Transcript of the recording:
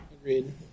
Agreed